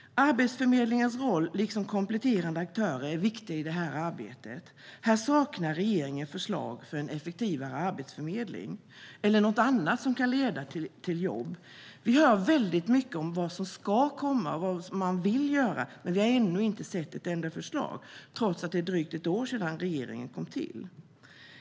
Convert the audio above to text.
Arbetsförmedlingens liksom kompletterande aktörers roll är viktig i detta arbete. Här saknar regeringen förslag för en effektivare arbetsförmedling eller något annat som kan leda till jobb. Vi hör väldigt mycket om vad som ska komma och vad man vill göra, men vi har ännu inte sett ett enda förslag trots att det är drygt ett år sedan regeringen tillträdde.